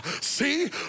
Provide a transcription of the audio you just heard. see